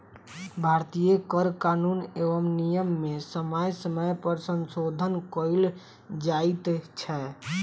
भारतीय कर कानून एवं नियम मे समय समय पर संशोधन कयल जाइत छै